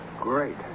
Great